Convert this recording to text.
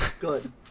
good